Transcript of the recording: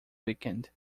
weekend